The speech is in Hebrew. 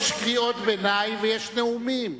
יש קריאות ביניים ויש נאומים.